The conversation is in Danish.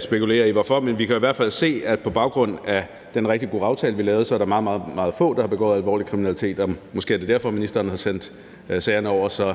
spekulere i hvorfor, men vi kan i hvert fald se, at på baggrund af den rigtig gode aftale, vi lavede, er der meget, meget få, der har begået alvorlig kriminalitet, og måske er det derfor, ministeren har sendt sagerne over. Så